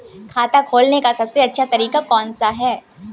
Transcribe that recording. खाता खोलने का सबसे अच्छा तरीका कौन सा है?